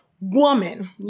woman